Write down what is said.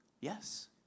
Yes